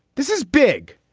this is big.